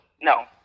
no